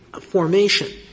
formation